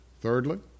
Thirdly